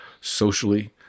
socially